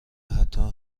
حتی